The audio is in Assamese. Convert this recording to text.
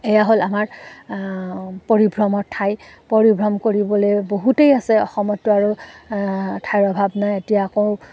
এয়া হ'ল আমাৰ পৰিভ্ৰমৰ ঠাই পৰিভ্ৰম কৰিবলৈ বহুতেই আছে অসমততো আৰু ঠাইৰ অভাৱ নাই এতিয়া আকৌ